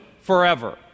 forever